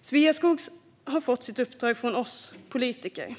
Sveaskog har fått sitt uppdrag från oss politiker.